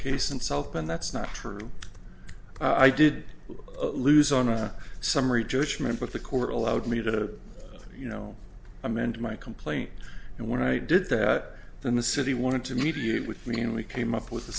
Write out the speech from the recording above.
case in south bend that's not true i did lose on a summary judgment but the court allowed me to you know amend my complaint and when i did that then the city wanted to mediate with me and we came up with